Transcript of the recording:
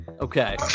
Okay